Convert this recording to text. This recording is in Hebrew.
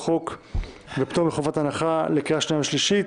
לפני הקריאה השנייה והשלישית,